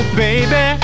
baby